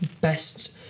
best